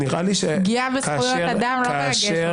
פגיעה בזכויות אדם לא מרגשת אותך.